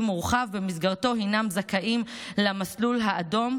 מורחב שבמסגרתו הם זכאים למסלול האדום,